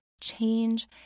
change